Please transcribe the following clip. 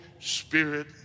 Spirit